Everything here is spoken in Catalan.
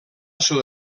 sud